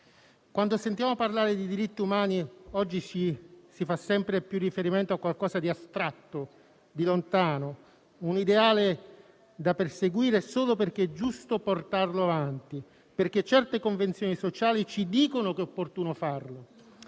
Quando si sente parlare di diritti umani, oggi si si fa sempre più riferimento a qualcosa di astratto e lontano, un ideale da perseguire solo perché è giusto portarlo avanti, perché certe convenzioni sociali ci dicono che è opportuno farlo.